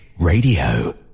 Radio